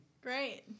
Great